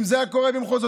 אם זה היה קורה במחוזותינו,